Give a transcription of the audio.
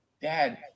Dad